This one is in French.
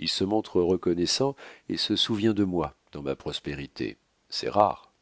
il se montre reconnaissant et se souvient de moi dans ma prospérité c'est rare